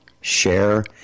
share